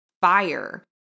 fire